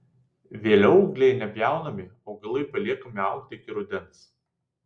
vėliau ūgliai nepjaunami augalai paliekami augti iki rudens